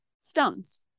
stones